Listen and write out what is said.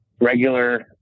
regular